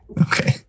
Okay